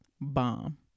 Bomb